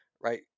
right